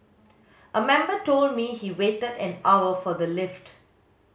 a member told me he waited an hour for the lift